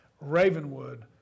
Ravenwood